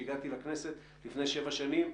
כשהגעתי לכנסת לפני שבע שנים,